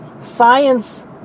science